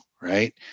Right